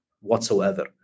whatsoever